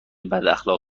بداخلاق